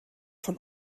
von